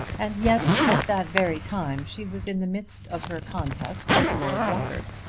and yet at that very time she was in the midst of her contest with lord rufford.